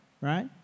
right